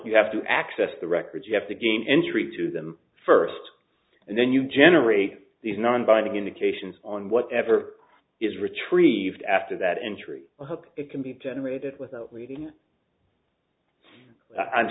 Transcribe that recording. you have to access the records you have to gain entry to them first and then you generate these non binding indications on whatever is retrieved after that entry or hook it can be generated without waiting